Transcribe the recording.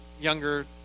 younger